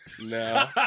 No